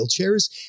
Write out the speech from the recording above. wheelchairs